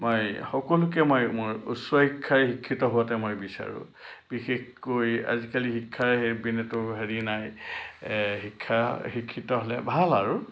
মই সকলোকে মই মোৰ উচ্চ শিক্ষাৰে শিক্ষিত হোৱাটোৱেই মই বিচাৰো বিশেষকৈ আজিকালি শিক্ষাৰ হেৰি পিনেতো হেৰি নাই শিক্ষাৰ শিক্ষিত হ'লে ভাল আৰু